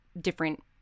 different